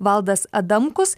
valdas adamkus